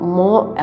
more